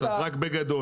אז רק בגדול.